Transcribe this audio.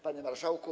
Panie Marszałku!